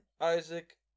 Isaac